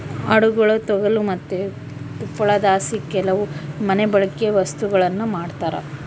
ಆಡುಗುಳ ತೊಗಲು ಮತ್ತೆ ತುಪ್ಪಳದಲಾಸಿ ಕೆಲವು ಮನೆಬಳ್ಕೆ ವಸ್ತುಗುಳ್ನ ಮಾಡ್ತರ